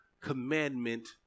commandment